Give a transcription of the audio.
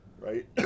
right